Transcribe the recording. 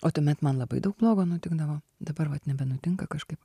o tuomet man labai daug blogo nutikdavo dabar vat nebenutinka kažkaip